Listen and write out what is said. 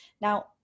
Now